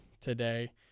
today